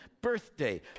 birthday